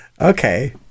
okay